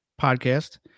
podcast